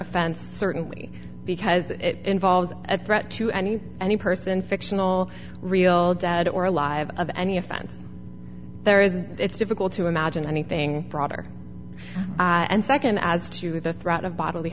offense certainly because it involves a threat to any any person fictional real dead or alive of any offense there is it's difficult to imagine anything broader and second as to the threat of bodily